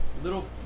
Little